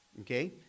Okay